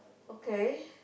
okay